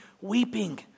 weeping